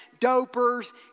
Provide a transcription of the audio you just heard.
dopers